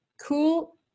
cool